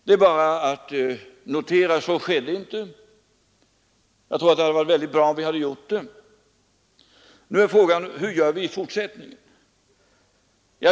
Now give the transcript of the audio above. Det är bara att notera att så inte skedde, men jag tror att det hade varit mycket bra om vi hade gjort det. Nu är frågan: Hur gör vi i fortsättningen?